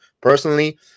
personally